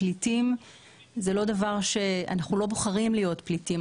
אנחנו לא בוחרים להיות פליטים,